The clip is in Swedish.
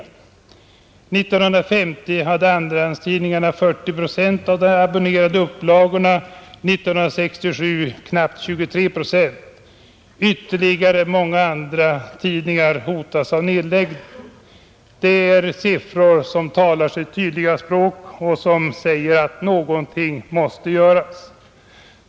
År 1950 hade andratidningarna 40 procent av de abonnerade upplagorna och år 1967 knappt 23 procent. Många ytterligare andratidningar hotas av nedläggning. Det är siffror som talar sitt tydliga språk och som säger att något måste göras.